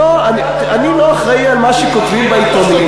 לא, אני לא אחראי למה שכותבים בעיתונים.